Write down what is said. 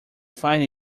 find